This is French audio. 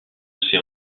ces